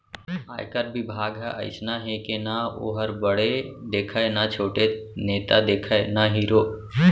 आयकर बिभाग ह अइसना हे के ना वोहर बड़े देखय न छोटे, नेता देखय न हीरो